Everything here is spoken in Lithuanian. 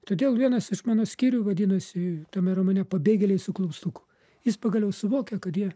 todėl vienas iš mano skyrių vadinosi tame romane pabėgėliai su klaustuku jis pagaliau suvokia kad jie